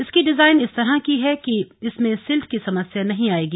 इसकी डिजाईन इस तरह की है कि इसमें सिल्ट की समस्या नहीं आएगी